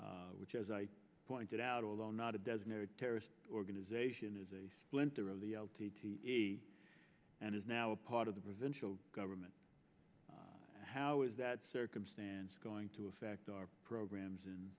p which as i pointed out although not a designated terrorist organization is a splinter of the l t and is now a part of the provincial government how is that circumstance going to affect our programs and